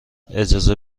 اجازه